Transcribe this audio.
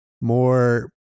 more